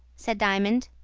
said diamond.